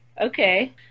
Okay